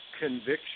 conviction